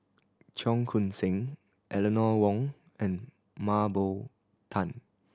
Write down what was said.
Cheong Koon Seng Eleanor Wong and Mah Bow Tan